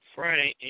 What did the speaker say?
Friday